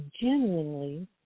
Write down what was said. genuinely